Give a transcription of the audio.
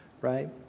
right